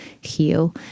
heal